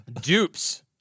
Dupes